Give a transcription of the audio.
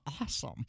awesome